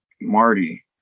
marty